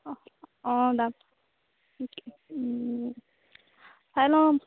অঁ অঁ দাম চাই লওঁ